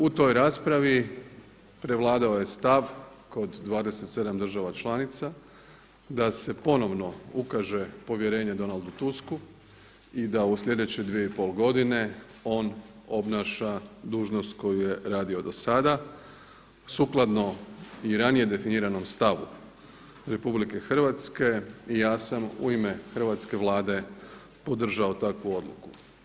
U toj raspravi prevladao je stav kod 27 država članica da se ponovno ukaže povjerenje Donaldu Tusku i da u sljedeće dvije i pol godine on obnaša dužnost koju je radio do sada sukladno i ranije definiranom stavu RH i ja sam u ime hrvatske Vlade podržao takvu odluku.